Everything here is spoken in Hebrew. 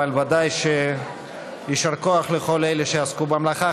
אבל ודאי שיישר כוח לכל מי שעסקו במלאכה.